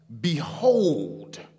behold